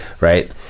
Right